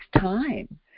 time